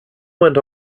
went